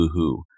woohoo